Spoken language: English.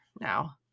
now